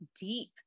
deep